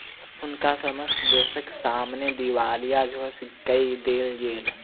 हुनका समस्त देसक सामने दिवालिया घोषित कय देल गेल